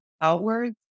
outwards